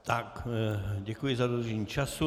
Tak, děkuji za dodržení času.